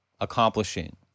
accomplishing